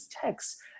texts